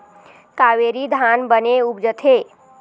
कावेरी धान बने उपजथे?